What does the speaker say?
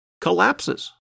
collapses